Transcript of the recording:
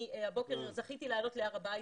הבוקר זכיתי לעלות להר הבית.